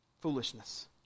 foolishness